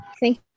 Thank